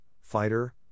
Fighter